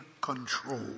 control